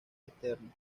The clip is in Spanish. internos